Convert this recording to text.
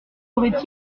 aurait